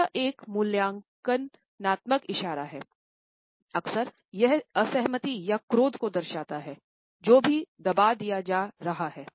यह एक मूल्यांकनत्मक इशारा है अक्सर यह असहमति या क्रोध को दर्शाता है जो कि दबा दिया जा रहा है